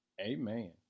Amen